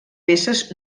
peces